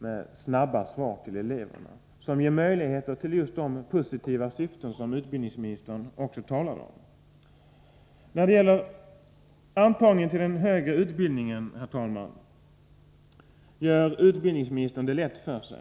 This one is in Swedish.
Det skulle resultera i snabba svar, och de positiva syften som utbildningsministern talar om skulle kunna uppnås. Herr talman! När det gäller antagningen till den högre utbildningen gör utbildningsministern det lätt för sig.